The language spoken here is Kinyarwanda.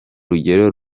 rugero